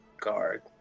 guard